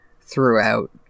throughout